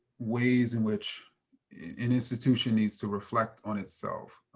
ways in which an institution needs to reflect on itself.